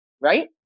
right